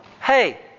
Hey